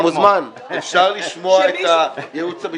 אפשר לשמוע את הייעוץ המשפטי?